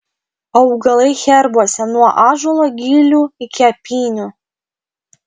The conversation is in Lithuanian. augalai herbuose nuo ąžuolo gilių iki apynių